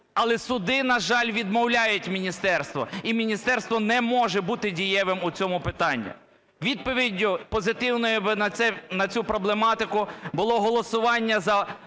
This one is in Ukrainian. але суди, на жаль, відмовляють міністерству, і міністерство не може бути дієвим у цьому питанні. Відповіддю позитивною би на цю проблематику було голосування за